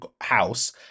house